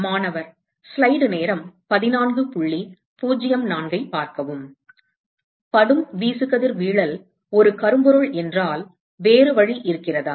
மாணவர் படும் வீசுகதிர்வீழல் ஒரு கரும்பொருள் என்றால் வேறு வழி இருக்கிறதா